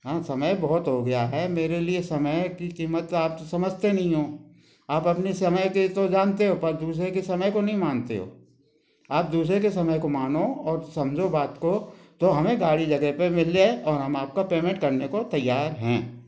हाँ समय बहुत हो गया है मेरे लिए समय की कीमत आप तो समझते नहीं हो आप अपने समय के तो जानते हो पर दूसरे के समय को नहीं मानते हो आप दूसरे के समय को मानो और समझो बात को तो हमें गाड़ी जगह पर मिल जाए और हम आपका पेमेंट करने को तैयार हैं